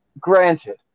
Granted